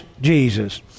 Jesus